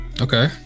Okay